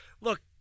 Look